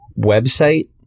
website